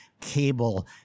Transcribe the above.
cable